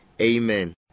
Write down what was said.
Amen